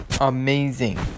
amazing